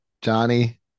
Johnny